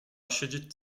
siedzieć